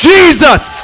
Jesus